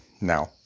Now